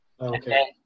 Okay